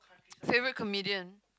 favourite comedian